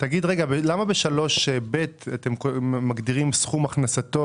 למה ב-(3)(ב) אתם כותבים "סכום הכנסתו"